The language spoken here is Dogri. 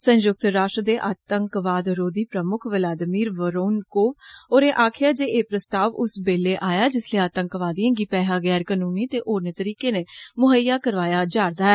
संयुक्त राश्ट्र दे आतंकवाद रोधी प्रमुक्ख वलिदमीर वरोनकोव होरें आक्खेआ जे एह् प्रस्ताव उस बैल्ले आया जिसलै आतंकवादिएं गी पैहा गैर कानूनी ते होरनें तरीकें नै मुहैय्या कराया जारे दा ऐ